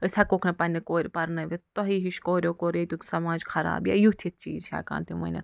أسۍ ہیٚکہوکھ نہٕ پَننہِ کورِ پَرنٲوِتھ تۄہیٚے ہِش کوریٛو کوٚر ییٚتیٛک سَماج خراب یا یُتھ یِتھۍ چیٖز چھِ ہیٚکان تِم ؤنِتھ